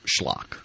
schlock